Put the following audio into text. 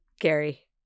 Gary